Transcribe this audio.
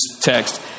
text